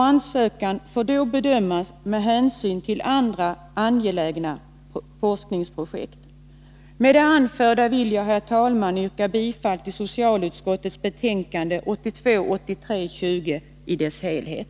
Ansökan får då bedömas med hänsyn till andra angelägna forskningsprojekt. Herr talman! Med det anförda vill jag yrka bifall till hemställan i socialutskottets betänkande 1982/83:20 i dess helhet.